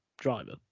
driver